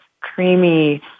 creamy